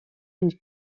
une